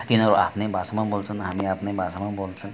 तिनीहरू आफ्नै भाषामा बोल्छन् हामी आफ्नै भाषामा बोल्छौँ